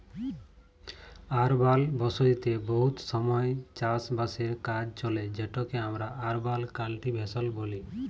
আরবাল বসতিতে বহুত সময় চাষ বাসের কাজ চলে যেটকে আমরা আরবাল কাল্টিভেশল ব্যলি